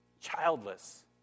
childless